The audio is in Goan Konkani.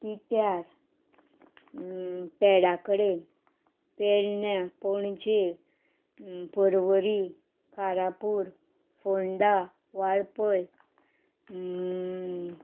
तिट्यार पेडा कडेन पेडण्या पोणजे परवरी कारापूर फोंडा वाळपय